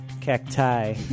Cacti